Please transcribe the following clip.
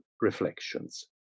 reflections